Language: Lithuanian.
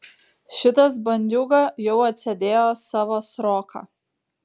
šitas bandiūga jau atsėdėjo savo sroką